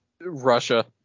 Russia